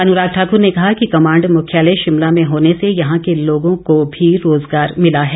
अनुराग ठाकुर ने कहा कि कमांड मुख्यालय शिमला में होने से यहां के लोगों को भी रोजगार मिला है